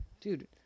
dude